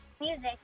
Music